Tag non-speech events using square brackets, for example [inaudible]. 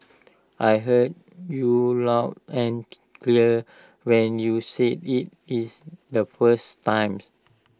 I heard you loud and [unintelligible] clear when you said IT is the first time